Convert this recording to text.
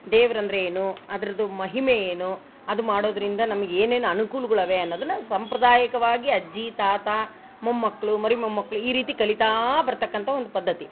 ದೇವ್ರ ಅಂದರೆ ಏನು ಅದರದ್ದು ಮಹಿಮೆ ಏನು ಅದು ಮಾಡೋದರಿಂದ ನಮ್ಗೆ ಏನೇನು ಅನ್ಕೂಲಗಳ್ ಅವೆ ಅನ್ನೋದನ್ನು ಸಾಂಪ್ರದಾಯಿಕವಾಗಿ ಅಜ್ಜಿ ತಾತ ಮೊಮ್ಮಕ್ಕಳು ಮರಿ ಮೊಮ್ಮಕ್ಕಳು ಈ ರೀತಿ ಕಲೀತಾ ಬರ್ತಕ್ಕಂಥ ಒಂದು ಪದ್ಧತಿ